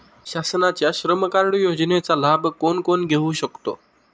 शासनाच्या श्रम कार्ड योजनेचा लाभ कोण कोण घेऊ शकतो?